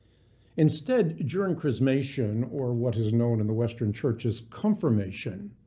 instead, during chrismation, or what is known in the western churches confirmation,